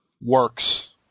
works